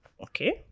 okay